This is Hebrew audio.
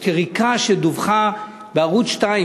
זאת יריקה שדווחה בערוץ 2,